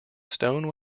stone